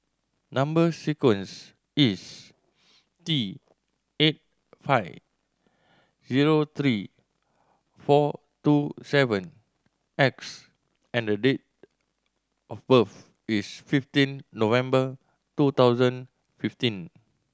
number sequence is T eight five zero three four two seven X and the date of birth is fifteen November two thousand fifteen